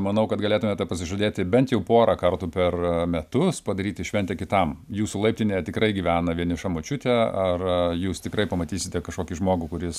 manau kad galėtume tą pasižadėti bent jau pora kartų per metus padaryti šventę kitam jūsų laiptinėje tikrai gyvena vieniša močiutė ar a jūs tikrai pamatysite kažkokį žmogų kuris